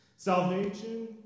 Salvation